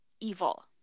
evil